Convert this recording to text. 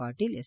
Patil S